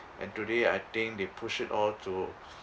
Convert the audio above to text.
and today I think they push it all to